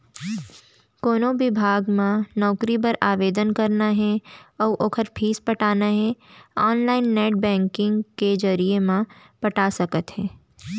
कोनो बिभाग म नउकरी बर आवेदन करना हे अउ ओखर फीस पटाना हे ऑनलाईन नेट बैंकिंग के जरिए म पटा सकत हे